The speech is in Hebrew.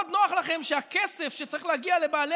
מאוד נוח לכם שהכסף שצריך להגיע לבעלי